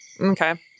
Okay